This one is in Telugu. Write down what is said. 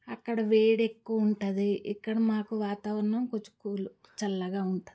అక్కడ వేడెక్కువ ఉంటుంది ఇక్కడ మాకు వాతావరణం కొంచెం కూల్ చల్లగా ఉంటుంది